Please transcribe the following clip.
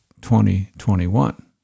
2021